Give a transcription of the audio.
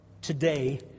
Today